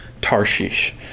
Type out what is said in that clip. Tarshish